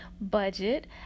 budget